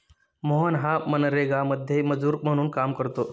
मोहन हा मनरेगामध्ये मजूर म्हणून काम करतो